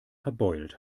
verbeult